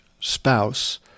spouse